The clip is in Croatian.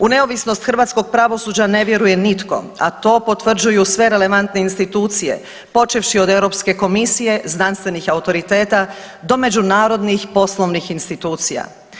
U neovisnost hrvatskog pravosuđa ne vjeruje nitko, a to potvrđuju sve relevantne institucije počevši od Europske komisije, znanstvenih autoriteta do međunarodnih poslovnih institucija.